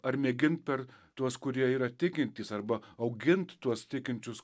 ar mėgint per tuos kurie yra tikintys arba augint tuos tikinčius